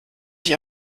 sich